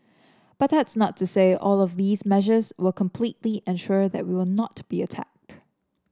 but that's not to say all of these measures will completely ensure that we will not be attacked